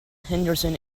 henderson